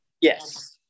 Yes